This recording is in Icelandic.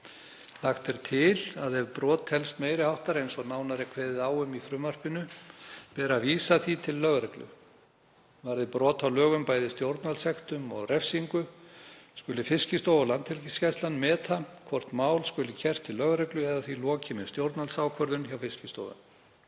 Lagt er til að ef brot telst meiri háttar, eins og nánar er kveðið á um í frumvarpinu, beri að vísa því til lögreglu. Varði brot á lögunum bæði stjórnvaldssektum og refsingu skuli Fiskistofa og Landhelgisgæslan meta hvort mál skuli kært til lögreglu eða því lokið með stjórnvaldsákvörðun hjá Fiskistofu.